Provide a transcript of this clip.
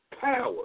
power